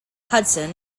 hudson